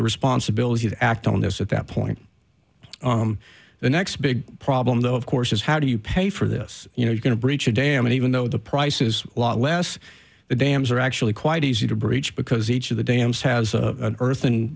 the responsibility to act on this at that point the next big problem though of course is how do you pay for this you know you're going to breach a dam and even though the price is a lot less the dams are actually quite easy to breach because each of the dams has a earth